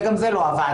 וגם זה לא עבד.